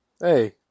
Hey